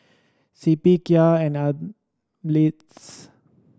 C P Kia and Ameltz